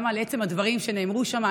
גם על עצם הדברים שנאמרו שם.